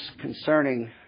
concerning